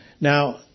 Now